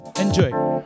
Enjoy